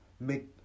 make